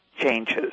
changes